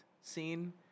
scene